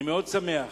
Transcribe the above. אני מאוד שמח